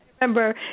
remember